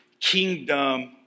Kingdom